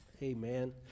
Amen